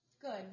Good